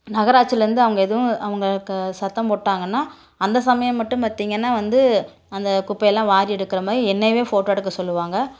நகராட்சிலருந்து அவங்க எதுவும் அவங்க சத்தம் போட்டாங்கனால் அந்த சமயம் மட்டும் பார்த்தீங்கனா வந்து அந்த குப்பையெலாம் வாரி எடுக்கிற மாதிரி என்னையவே ஃபோட்டோ எடுக்க சொல்லுவாங்க